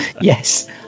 Yes